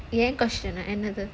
என்:en question ah என்னது:ennathu